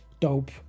dope